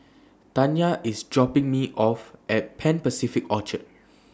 Tanya IS dropping Me off At Pan Pacific Orchard